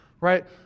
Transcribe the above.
Right